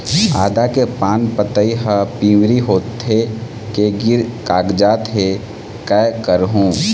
आदा के पान पतई हर पिवरी होथे के गिर कागजात हे, कै करहूं?